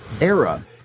era